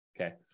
Okay